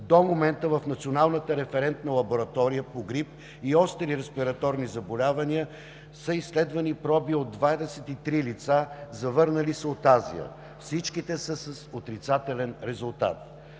До момента в националната референтна лаборатория по грип и остри респираторни заболявания са изследвани проби от 23 лица, завърнали се от Азия. Всичките са с отрицателен резултат.